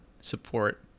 support